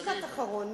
משפט אחרון,